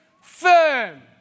firm